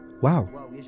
wow